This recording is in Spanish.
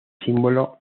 símbolo